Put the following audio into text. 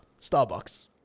Starbucks